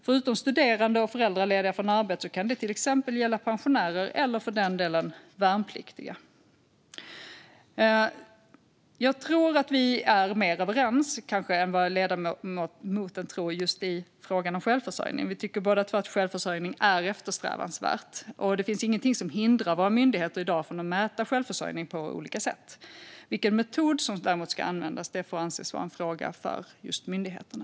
Förutom studerande och föräldralediga från arbete kan det till exempel gälla pensionärer eller, för den delen, värnpliktiga. Jag tror att vi är mer överens än vad ledamoten tror i frågan om just självförsörjning. Vi tycker båda två att självförsörjning är eftersträvansvärt, och det finns ingenting som hindrar våra myndigheter i dag från att mäta självförsörjning på olika sätt. Vilken metod som ska användas får däremot anses vara en fråga för just myndigheterna.